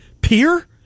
peer